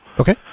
Okay